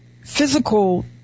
physical